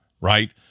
right